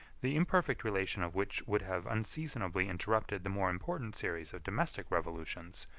the imperfect relation of which would have unseasonably interrupted the more important series of domestic revolutions,